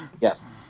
Yes